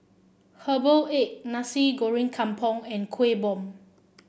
Herbal Egg Nasi Goreng Kampung and Kuih Bom